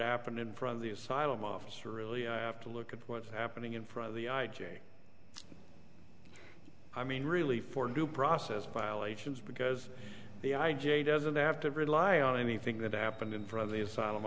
happened in front of the asylum officer really have to look at what's happening in front of the i j a i mean really for due process violations because the i j a doesn't have to rely on anything that happened in front of the asylum